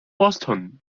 boston